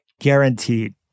guaranteed